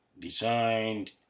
designed